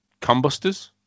combusters